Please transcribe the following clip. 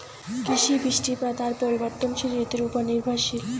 কৃষি, বৃষ্টিপাত আর পরিবর্তনশীল ঋতুর উপর নির্ভরশীল